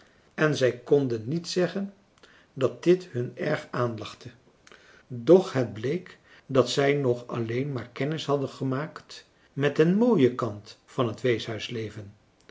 en zij konden niet zeggen dat dit françois haverschmidt familie en kennissen hun erg aanlachte doch het bleek dat zij nog alleen maar kennis hadden gemaakt met den mooien kant van het